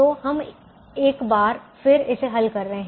तो हम एक बार फिर इसे हल कर रहे हैं